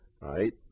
right